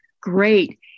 Great